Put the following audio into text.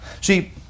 See